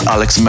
Alex